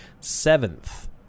Seventh